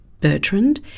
Bertrand